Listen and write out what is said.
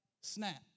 Snap